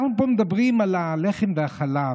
אנחנו פה מדברים על הלחם והחלב,